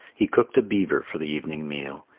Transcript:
he cooked a beaver for the evening meal.